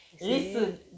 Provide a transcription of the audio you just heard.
Listen